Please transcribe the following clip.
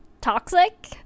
toxic